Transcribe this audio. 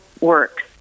works